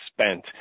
spent